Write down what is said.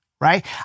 right